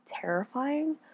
terrifying